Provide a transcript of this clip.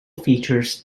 features